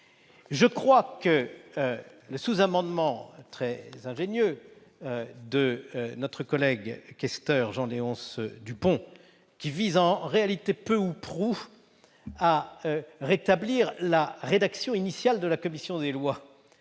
évaluer. Le sous-amendement très ingénieux de notre collègue questeur Jean-Léonce Dupont, qui vise en réalité peu ou prou à rétablir la rédaction initialement proposée par la commission des lois,